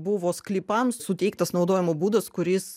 buvo sklypams suteiktas naudojimo būdas kuris